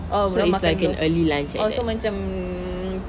oh dorang makan dulu eh orh so macam